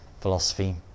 philosophy